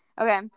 Okay